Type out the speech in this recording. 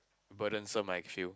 burdensome I feel